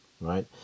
right